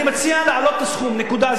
אני מציע להעלות את הסכום, נקודה.